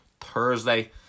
Thursday